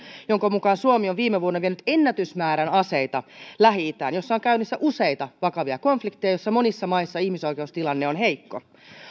jonka mukaan suomi on viime vuonna vienyt ennätysmäärän aseita lähi itään jossa on käynnissä useita vakavia konflikteja joissa monissa maissa ihmisoikeustilanne on heikko